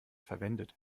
verwendet